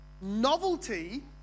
Novelty